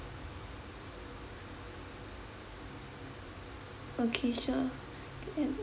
okay sure can